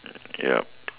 yup